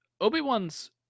Obi-Wan's